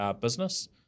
business